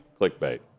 clickbait